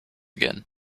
again